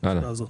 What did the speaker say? (5)